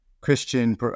Christian